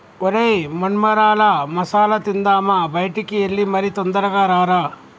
ఒరై మొన్మరాల మసాల తిందామా బయటికి ఎల్లి మరి తొందరగా రారా